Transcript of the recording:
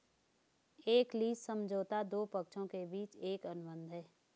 एक लीज समझौता दो पक्षों के बीच एक अनुबंध है